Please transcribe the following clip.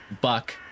Buck